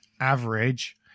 average